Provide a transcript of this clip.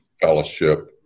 fellowship